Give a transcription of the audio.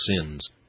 sins